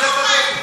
פריג'.